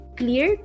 clear